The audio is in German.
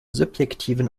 subjektiven